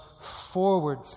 forward